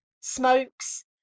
smokes